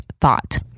thought